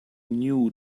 knew